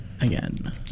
Again